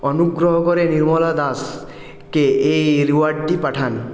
অনুগ্রহ করে নির্মলা দাস কে এই রিওয়ার্ডটি পাঠান